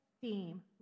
theme